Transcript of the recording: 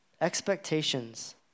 expectations